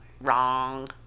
Wrong